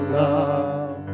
love